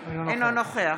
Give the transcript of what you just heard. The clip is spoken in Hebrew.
אינו נוכח